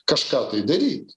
kažką tai daryt